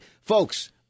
folks